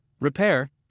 repair